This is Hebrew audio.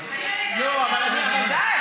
אבל די,